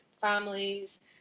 families